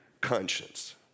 conscience